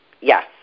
Yes